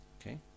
Okay